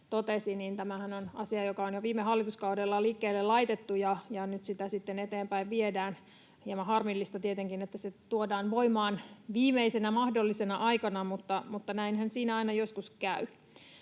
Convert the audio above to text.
tämähän on asia, joka on jo viime hallituskaudella liikkeelle laitettu ja nyt sitä sitten eteenpäin viedään. Hieman harmillista tietenkin, että se tuodaan voimaan viimeisenä mahdollisena aikana, mutta näinhän siinä aina joskus käy.